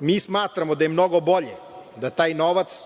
Mi smatramo da je mnogo bolje da taj novac